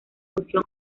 fusión